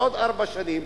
בעוד ארבע שנים,